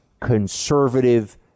conservative